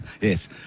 Yes